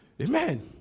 Amen